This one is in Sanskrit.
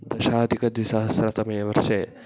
दशाधिकद्विसहस्रतमेवर्षे